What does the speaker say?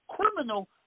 criminal